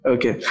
Okay